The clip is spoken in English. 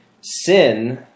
sin